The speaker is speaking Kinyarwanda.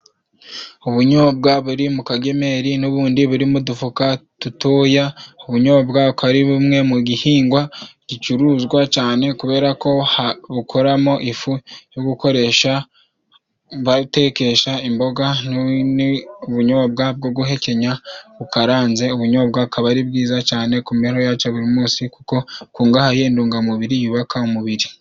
Ubunyobwa buri mu kagemeri n'ubundi buri mu dufuka dutoya. Ubunyobwa akaba ari bumwe mu gihingwa gicuruzwa cane kubera ko bukorwamo ifu yo gukoresha batekesha imboga. Ubunyobwa bwo guhekenya bukaranze, ubunyobwa akaba ari bwiza cane kumibereho yacu buri munsi kuko bukungahaye ku ndungamubiri yubaka umubiri.